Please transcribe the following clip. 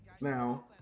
Now